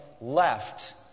left